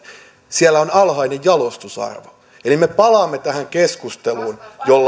siellä on alhainen jalostusarvo eli me palaamme tähän keskusteluun jolla